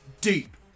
Deep